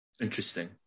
Interesting